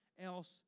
else